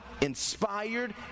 inspired